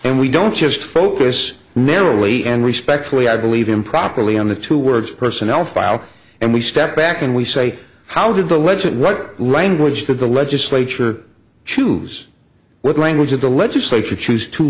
and we don't just focus narrowly and respectfully i believe improperly on the two words personnel file and we step back and we say how did the ledger what language that the legislature choose with language that the legislature choose to